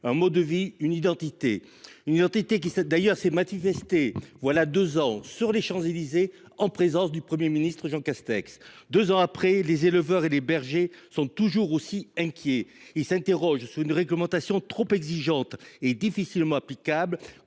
un mode de vie, une identité, laquelle s’est d’ailleurs manifestée, voilà deux ans, sur les Champs Élysées en présence du Premier ministre, Jean Castex. Deux ans après, les éleveurs et les bergers sont toujours aussi inquiets. Ils s’interrogent sur une réglementation trop exigeante et difficilement applicable,